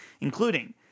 including